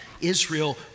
Israel